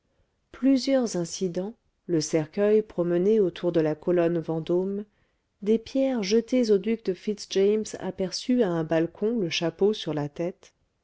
plusieurs incidents le cercueil promené autour de la colonne vendôme des pierres jetées au duc de fitz-james aperçu à un balcon le chapeau sur la tête